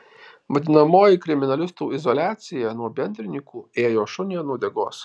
vadinamoji kriminalistų izoliacija nuo bendrininkų ėjo šuniui ant uodegos